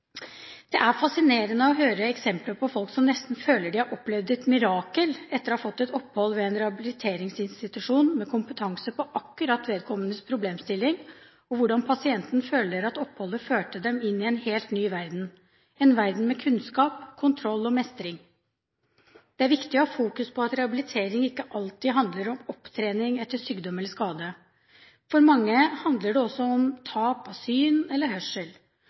Det er fascinerende å høre eksempler på folk som nesten føler de har opplevd et mirakel etter å ha fått et opphold ved en rehabiliteringsinstitusjon med kompetanse på akkurat deres problemstilling, og hvordan pasientene føler at oppholdet førte dem inn i en helt ny verden – en verden med kunnskap, kontroll og mestring. Det er viktig å fokusere på at rehabilitering ikke alltid handler om opptrening etter sykdom eller skade. For mange handler det også om tap av syn eller hørsel.